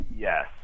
Yes